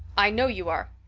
i know you are.